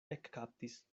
ekkaptis